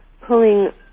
pulling